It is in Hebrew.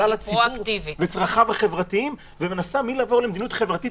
כלל הציבור וצרכיו החברתיים ומנסה לעבור ממדיניות חברתית